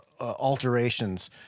alterations